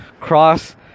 cross